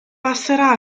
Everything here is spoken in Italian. passerà